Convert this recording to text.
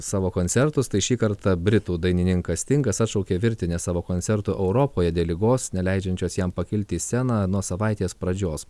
savo koncertus tai šį kartą britų dainininkas stingas atšaukė virtinę savo koncertų europoje dėl ligos neleidžiančios jam pakilti į sceną nuo savaitės pradžios